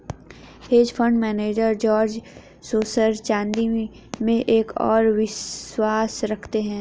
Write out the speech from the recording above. hedge fund manager George Soros चांदी में एक और विश्वास रखते हैं